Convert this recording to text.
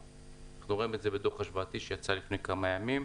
אנחנו רואים את זה בדוח השוואתי שיצא לפני כמה ימים.